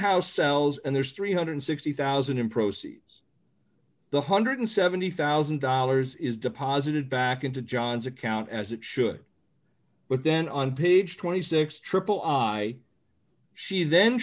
house sells and there's three hundred and sixty thousand in proceeds the one hundred and seventy thousand dollars is deposited back into john's account as it should but then on page twenty six triple i see then